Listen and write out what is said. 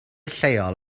lleol